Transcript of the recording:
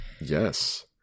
Yes